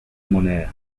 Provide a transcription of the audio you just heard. moneda